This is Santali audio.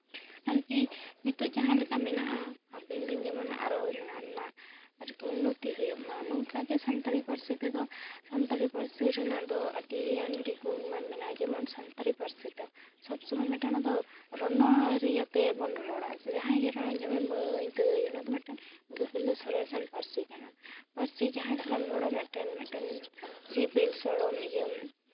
ᱟᱨᱠᱤ ᱱᱤᱛᱚᱜ ᱡᱟᱦᱟᱸ ᱞᱮᱠᱟ ᱢᱮᱱᱟᱜᱼᱟ ᱦᱟᱯᱮᱱ ᱫᱤᱱ ᱡᱮᱢᱚᱱ ᱟᱨᱚ ᱱᱚᱣᱟ ᱨᱮᱱᱟᱜ ᱟᱨᱠᱤ ᱩᱱᱱᱚᱛᱤ ᱦᱩᱭᱩᱜ ᱢᱟ ᱚᱱᱠᱟᱜᱮ ᱥᱟᱱᱛᱟᱲᱤ ᱯᱟᱹᱨᱥᱤ ᱛᱮᱫᱚ ᱥᱟᱱᱛᱟᱲᱤ ᱯᱟᱹᱨᱥᱤ ᱨᱮᱱᱟᱜ ᱫᱚ ᱟᱹᱰᱤ ᱜᱟᱱᱜᱮ ᱜᱩᱱᱢᱟᱱ ᱢᱮᱱᱟᱜᱼᱟ ᱡᱮᱢᱚᱱ ᱥᱟᱱᱛᱟᱲᱤ ᱯᱟᱹᱨᱥᱤ ᱛᱮ ᱥᱚᱵ ᱥᱚᱢᱚᱭ ᱢᱤᱫᱴᱮᱱ ᱚᱱᱟ ᱫᱚ ᱨᱚᱱᱚᱲ ᱟᱹᱨᱤ ᱟᱛᱮᱫ ᱵᱚᱱ ᱨᱚᱲᱟ ᱥᱮ ᱡᱟᱦᱟᱸᱭ ᱜᱮ ᱨᱚᱲᱟᱭ ᱡᱮᱢᱚᱱ ᱢᱟᱹᱭ ᱫᱟᱹᱭ ᱚᱱᱟ ᱫᱚ ᱢᱤᱫᱴᱟᱱ ᱜᱟᱹᱦᱞᱟᱹ ᱥᱚᱨᱮᱥᱟᱱ ᱯᱟᱹᱨᱥᱤ ᱠᱟᱱᱟ ᱯᱟᱹᱨᱥᱤ ᱡᱟᱦᱟᱸᱭ ᱥᱟᱞᱟᱜ ᱮᱢ ᱨᱚᱲᱟ ᱢᱤᱫᱴᱮᱱ ᱢᱤᱫᱴᱮᱱ ᱥᱤᱵᱤᱞ ᱥᱚᱲᱚᱢ ᱤᱭᱟᱹᱢ